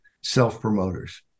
self-promoters